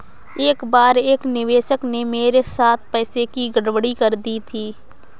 एक बार एक निवेशक ने मेरे साथ पैसों की गड़बड़ी कर दी थी